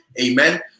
amen